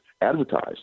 advertised